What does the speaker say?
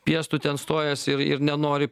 piestu ten stojasi ir ir nenori